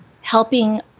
helping